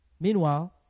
Meanwhile